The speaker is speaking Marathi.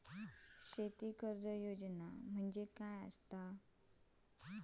शेती कर्ज योजना काय असा?